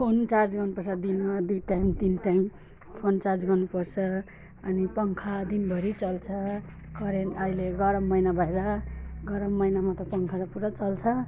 phone charge गर्नुपर्छ दिनमा दुई टाइम तिन टाइम फोन चार्ज गर्नुपर्छ अनि पङ्खा दिनभरि चल्छ करेन्ट अहिले गरम महिना भएर गरम महिनामा त पङ्खा त पुरा चल्छ